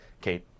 Kate